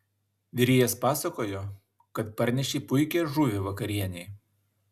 virėjas pasakojo kad parnešei puikią žuvį vakarienei